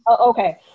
okay